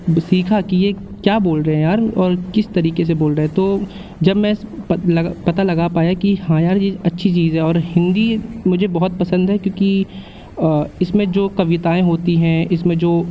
सीखा कि ये क्या बोल रहे हैं यार और किस तरीक़े से बोल रहे हैं तो जब मैं पता लगा पाया कि हाँ यार ये अच्छी चीज़ है और हिंदी मुझे बहुत पसंद है क्योंकि इस में जो कविताएँ होती है इस में जो